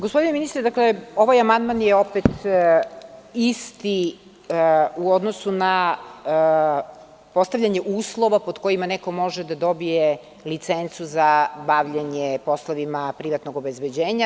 Gospodine ministre, ovaj amandman je isti u odnosu na postavljanje uslova pod kojima neko može da dobije licencu za bavljenje poslovima privatnog obezbeđenja.